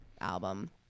album